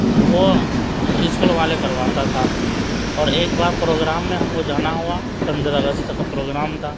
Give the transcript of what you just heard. وہ اسکول والے کرواتا تھا اور ایک بار پروگرام میں ہم کو جانا ہوا پندرہ اگست کا پروگرام تھا